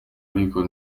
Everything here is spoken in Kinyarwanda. ariko